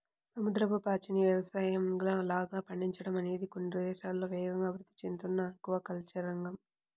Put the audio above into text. సముద్రపు పాచిని యవసాయంలాగా పండించడం అనేది కొన్ని దేశాల్లో వేగంగా అభివృద్ధి చెందుతున్న ఆక్వాకల్చర్ రంగం